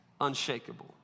unshakable